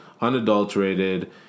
unadulterated